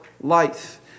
life